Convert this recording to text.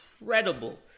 incredible